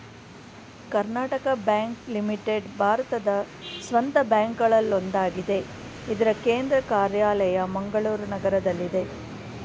Karnataka bank limited ಭಾರತದ ಸ್ವಂತ ಬ್ಯಾಂಕ್ಗಳಲ್ಲೊಂದಾಗಿದೆ ಇದ್ರ ಕೇಂದ್ರ ಕಾರ್ಯಾಲಯ ಮಂಗಳೂರು ನಗರದಲ್ಲಿದೆ